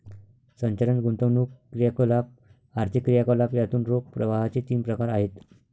संचालन, गुंतवणूक क्रियाकलाप, आर्थिक क्रियाकलाप यातून रोख प्रवाहाचे तीन प्रकार आहेत